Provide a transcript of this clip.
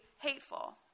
hateful